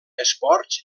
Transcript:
esports